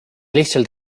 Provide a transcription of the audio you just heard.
lihtsalt